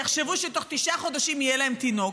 יחשבו שתוך תשעה חודשים יהיה להם תינוק.